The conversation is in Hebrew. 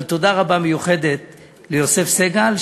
אבל תודה רבה מיוחדת ליוסף סגל,